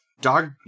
Dog